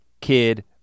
kid